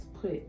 put